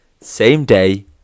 same-day